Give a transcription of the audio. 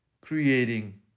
creating